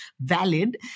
valid